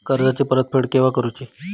कर्जाची परत फेड केव्हा करुची?